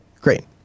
great